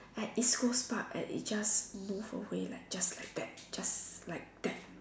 at east coast Park and it just move away like just that just like that